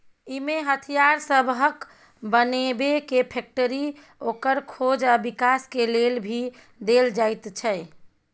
इमे हथियार सबहक बनेबे के फैक्टरी, ओकर खोज आ विकास के लेल भी देल जाइत छै